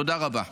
תודה רבה.